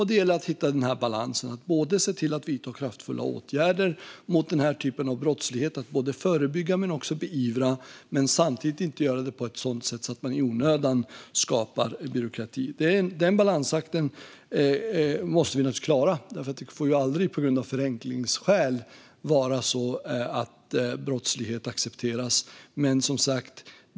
Det gäller att hitta en balans. Vi ska vidta kraftfulla åtgärder mot den här typen av brottslighet och både förebygga och beivra brott, men vi ska inte göra det på ett sätt som skapar onödig byråkrati. Den balansakten måste vi naturligtvis klara. Det man gör av förenklingsskäl får inte leda till att brottslighet accepteras.